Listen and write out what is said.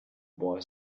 boy